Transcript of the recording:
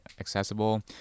accessible